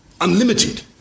unlimited